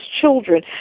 children